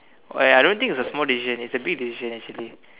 oh ya I don't think it's a small decision it's a big decision actually